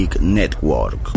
Network